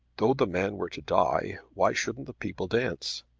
though the man were to die why shouldn't the people dance?